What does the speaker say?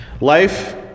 Life